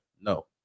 No